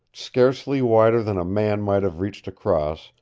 scarcely wider than a man might have reached across,